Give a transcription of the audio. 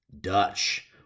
Dutch